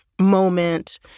moment